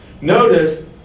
Notice